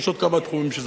יש עוד כמה תחומים.